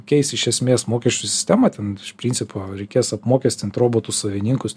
keis iš esmės mokesčių sistemą ten iš principo reikės apmokestint robotų savininkus